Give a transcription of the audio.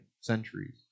Centuries